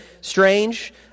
strange